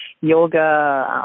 yoga